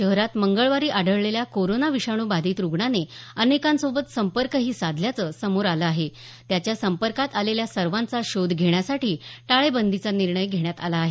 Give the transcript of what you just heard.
शहरात मंगळवारी आढळलेल्या कोरोना विषाणू बाधित रुग्णाने अनेकांसोबत संपर्कही साधल्याचं समोर आलं आहे त्याच्या संपर्कात आलेल्या सर्वाँचा शोध घेण्यासाठी टाळेबंदीचा निर्णय घेण्यात आला आहे